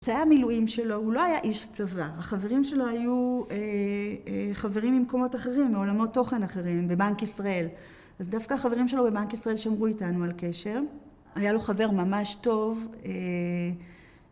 זה המילואים שלו הוא לא היה איש צבא, החברים שלו היו חברים ממקומות אחרים, מעולמות תוכן אחרים, בבנק ישראל. אז דווקא החברים שלו בבנק ישראל שמרו איתנו על קשר, היה לו חבר ממש טוב